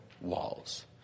walls